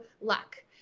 luck